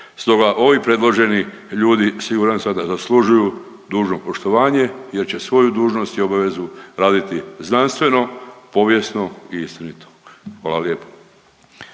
Stoga ovi predloženi ljudi siguran sam da zaslužuju dužno poštovanje, jer će svoju dužnost i obavezu raditi znanstveno, povijesno i istinito. Hvala lijepo.